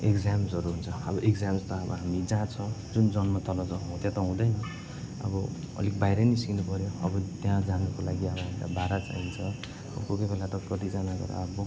इक्जाम्सहरू हुन्छ अब इक्जाम्स त अबो हामी जहाँ छ जुन जन्मथलो छ हो त्यहाँ त हुँदैन अब अलिक बाहिरै निस्किनुपऱ्यो अब त्यहाँ जानुको लागि अब हामीलाई भाडा चाहिन्छ कोही कोही बेला त कतिजनाको त अब